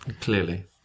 Clearly